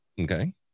Okay